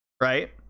right